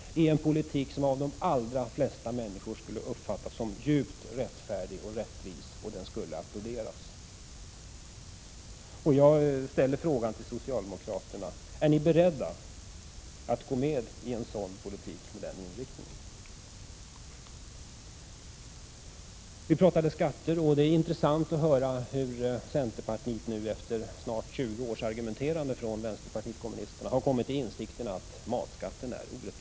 Det är en politik som av de allra flesta människor skulle uppfattas som djupt rättfärdig och rättvis; den skulle applåderas. Jag frågar socialdemokraterna: Är ni beredda att föra en politik med den inriktningen? Det är intressant att höra hur centerpartiet efter snart 20 års argumenterande från vpk har kommit till insikten att matskatten är orättvis.